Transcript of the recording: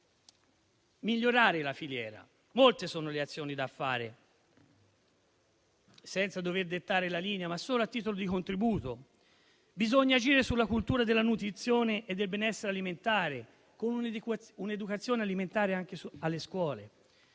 migliorare la filiera e molte sono le azioni da compiere, che elencherei, senza dover dettare la linea, ma solo a titolo di contributo: bisogna agire sulla cultura della nutrizione e del benessere alimentare, con un'educazione alimentare anche nelle scuole